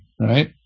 right